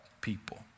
people